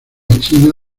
china